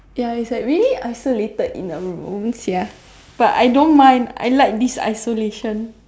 ya is like really isolated in a room sia but I don't mind I like this isolation